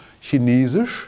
chinesisch